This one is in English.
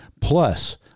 Plus